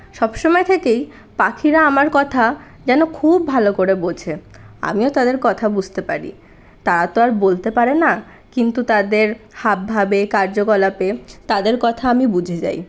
সবসময় থেকেই পাখিরা আমার কথা যেন খুব ভালো করে বোঝে আমিও তাদের কথা বুঝতে পারি তারা তো আর বলতে পারেনা কিন্তু তাদের হাবভাবে কার্যকলাপে তাদের কথা আমি বুঝে যাই